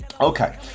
Okay